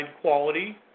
quality